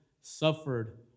suffered